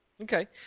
Okay